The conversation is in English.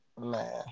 Man